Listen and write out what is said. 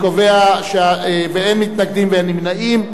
אין מתנגדים ואין נמנעים.